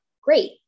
great